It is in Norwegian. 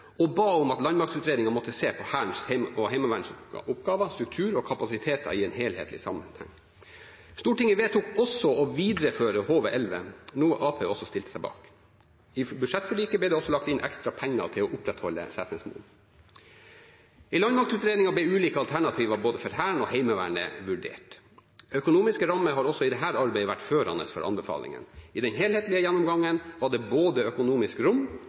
måtte se på Hærens og Heimevernets oppgaver, struktur og kapasiteter i en helhetlig sammenheng. Stortinget vedtok også å videreføre HV-11, noe Arbeiderpartiet også stilte seg bak. I budsjettforliket ble det også lagt inn ekstra penger til å opprettholde Setnesmoen. I landmaktutredningen ble ulike alternativer for både Hæren og Heimevernet vurdert. Økonomiske rammer har også i dette arbeidet vært førende for anbefalingene. I den helhetlige gjennomgangen var det både økonomisk rom